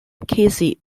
casey